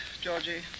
Georgie